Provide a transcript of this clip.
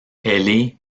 hellé